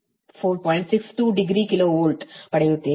62 degree kilo volt ಪಡೆಯುತ್ತೀರಿ